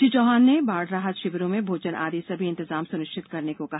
श्री चौहान ने बाढ़ राहत शिविरों में भोजन आदि सभी इंतजाम सुनिश्चित करने को कहा